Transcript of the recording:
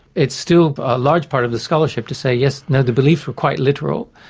it's still a large part of the scholarship to say yes no, the beliefs are quite literal,